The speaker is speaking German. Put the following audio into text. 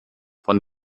von